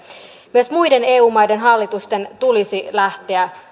myös muiden eu maiden hallitusten tulisi lähteä